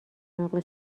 اقا